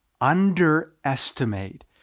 underestimate